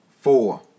Four